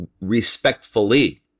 respectfully